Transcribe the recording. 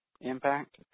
impact